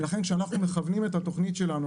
לכן כשאנחנו מכוונים את התכנית שלנו,